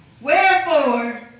Wherefore